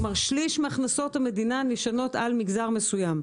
כלומר, שליש מהכנסות המדינה נשענות על מגזר מסוים.